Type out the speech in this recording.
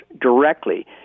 directly